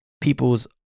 people's